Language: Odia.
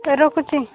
ରଖୁଛି